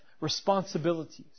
responsibilities